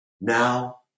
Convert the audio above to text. now